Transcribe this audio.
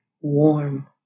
warm